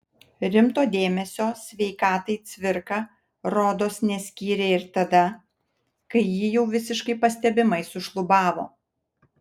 rimto dėmesio sveikatai cvirka rodos neskyrė ir tada kai ji jau visiškai pastebimai sušlubavo